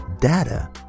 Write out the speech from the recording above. data